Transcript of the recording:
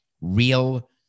real